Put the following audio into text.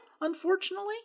unfortunately